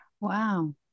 Wow